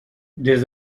des